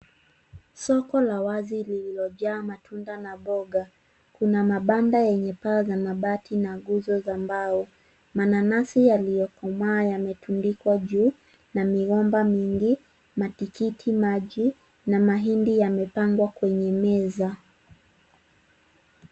Soko la wazi lililojaa matunda na mboga kuna mabanda yenye paa za mabati na nguzo za mbao. Mananasi yaliyokomaa yametundikwa juu na migomba mingi ,matikiti maji na mahindi yamepangwa kwenye meza.